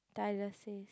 dialysis